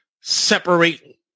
separate